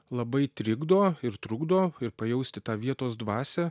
labai trikdo ir trukdo ir pajausti tą vietos dvasią